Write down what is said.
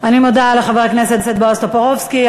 אני מודה לחבר הכנסת בועז טופורובסקי.